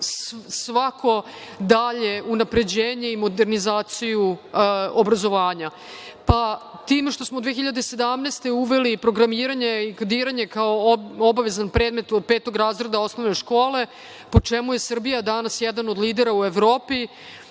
svako dalje unapređenje i modernizaciju obrazovanja. Time što smo 2017. godine uveli programiranje i kodiranje kao obavezan predmet od petog razreda osnovne škole, po čemu je Srbija danas jedan od lidera u Evropi,